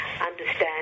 understand